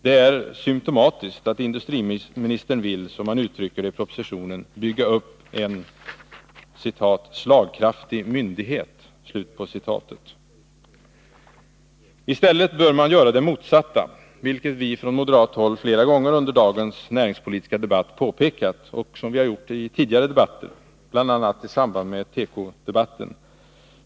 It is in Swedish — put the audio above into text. Det är symtomatiskt att industriministern vill, som han uttrycker det i propositionen, bygga upp ”en slagkraftig myndighet”. I stället bör man göra det motsatta, vilket vi från moderat håll flera gånger under dagens näringspolitiska debatt har påpekat. Även under tidigare debatter har vi påpekat detta, bl.a. i samband med tekodebatten.